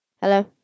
Hello